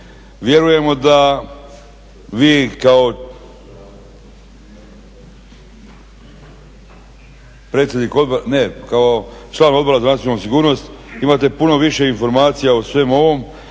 predsjednik, ne kao član Odbora za nacionalnu sigurnost imate puno više informacija o svemu ovom,